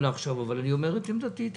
אבל אני תמיד אומר את עמדתי.